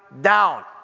down